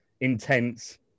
intense